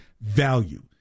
value